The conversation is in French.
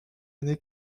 année